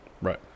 Right